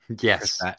Yes